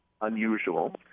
unusual